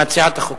מציעת החוק,